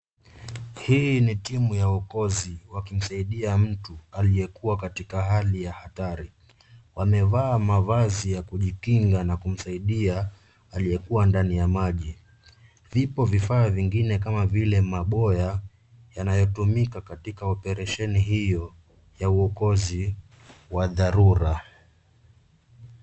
Hii ni timu ya wokozi wakimsaidia mtu aliyekuwa katika hali ya hatari, wamevaa mavazi ya kujikinga na kumsaidia aliyekuwa ndani ya maji ,vipo vifaa vingine kama vile maboya yanayotumika katika operesheni hiyo ya uokozi wa dharura.